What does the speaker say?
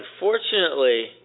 Unfortunately